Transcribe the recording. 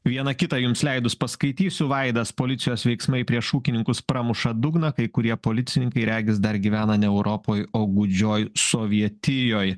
vieną kitą jums leidus paskaitysiu vaidas policijos veiksmai prieš ūkininkus pramuša dugną kai kurie policininkai regis dar gyvena ne europoj o gūdžioj sovietijoj